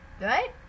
Right